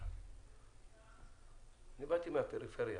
באתי מהפריפריה,